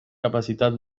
capacitat